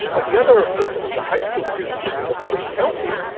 but the other person, who's a high school student in snohomish county,